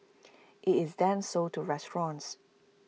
IT is then sold to restaurants